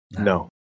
No